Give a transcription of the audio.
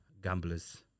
gamblers